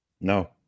no